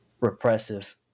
repressive